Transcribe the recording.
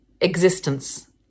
existence